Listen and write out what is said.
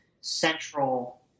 central